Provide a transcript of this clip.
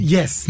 Yes